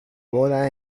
boda